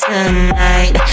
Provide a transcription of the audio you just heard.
Tonight